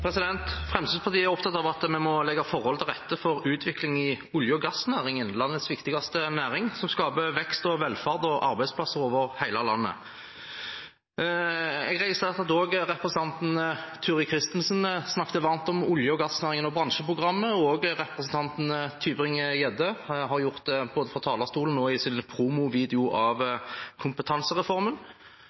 opptatt av at vi må legge forholdene til rette for utvikling i olje- og gassnæringen, landets viktigste næring, som skaper vekst, velferd og arbeidsplasser over hele landet. Jeg registrerte at representanten Turid Kristensen snakket varmt om olje- og gassnæringen og bransjeprogrammet, og også representanten Tybring-Gjedde har gjort det, både fra talerstolen og i sin «promovideo» av kompetansereformen,